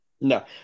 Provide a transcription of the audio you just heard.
no